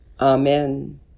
Amen